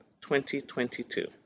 2022